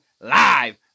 Live